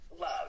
love